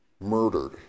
murdered